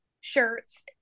shirts